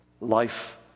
life